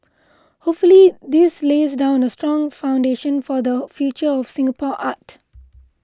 hopefully this lays down a strong foundation for the future of Singapore art